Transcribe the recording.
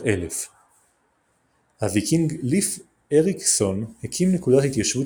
1000. הוויקינג לייף אייריקסון הקים נקודת התיישבות